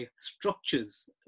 structures